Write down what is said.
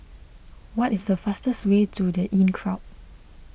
what is the fastest way to the Inncrowd